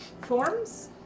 forms